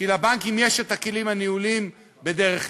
כי לבנקים יש כלים ניהוליים בדרך כלל,